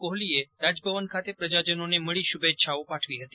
કોહલીએ રાજભવન ખાતે પ્રજાજનોને મળી શુભેચ્છાઓ પાઠવી હતી